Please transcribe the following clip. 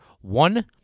one